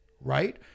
right